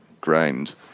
grind